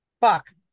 Fuck